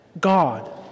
God